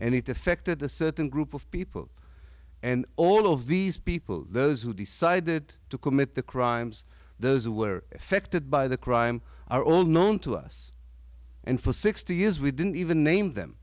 and it affected the certain group of people and all of these people those who decided to commit the crimes those who were affected by the crime are all known to us and for sixty years we didn't even name them